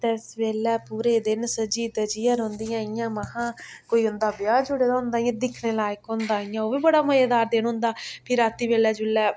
सत्तें सवेलें पूरै दिन सज्जी दज्जियै रौंह्दियां इ'यां महां कोई उं'दा ब्याह् जुड़े दा होंदा इ'यां एह् दिक्खने लायक होंदा इ'यां ओह् बी मज़ेदार दिन होंदा फ्ही रातीं बेल्लै जुल्लै